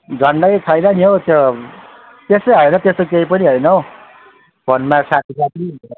झन्डै छैन नि हौ त्यो त्यसै होइन त्यस्तो केही पनि होइन हौ भन्दा साथी साथी भन्छ